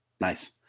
Nice